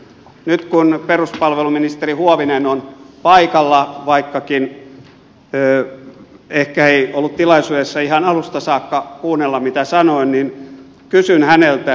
nyt kun peruspalveluministeri huovinen on paikalla vaikkakaan ehkä ei ollut tilaisuudessa ihan alusta saakka kuunnella mitä sanoin niin kysyn häneltä